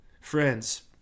Friends